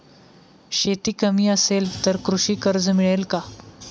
शेती कमी असेल तर कृषी कर्ज मिळेल का?